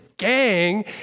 gang